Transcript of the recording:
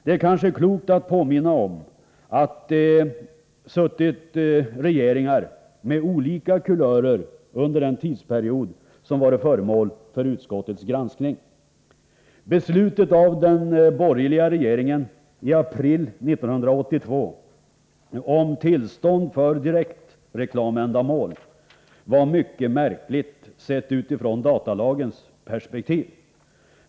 Det är kanske klokt att påminna om att det har suttit regeringar med olika kulörer under den tidsperiod som varit föremål för utskottets granskning. Beslutet av den borgerliga regeringen i april 1982 om tillstånd till register för direktreklamändamål var mycket märkligt sett utifrån datalagens perspektiv.